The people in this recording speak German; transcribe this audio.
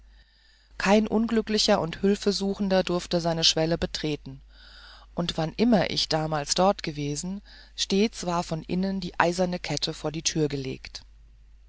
kein unglücklicher und hilfesuchender durfte seine schwelle betreten und wann immer ich damals dort gewesen stets war von innen die eiserne kette vor die tür gelegt